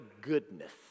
goodness